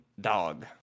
dog